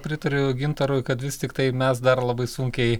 pritariu gintarui kad vis tiktai mes dar labai sunkiai